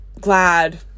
glad